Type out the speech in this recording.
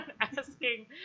asking